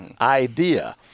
idea